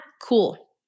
cool